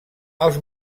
els